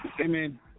Amen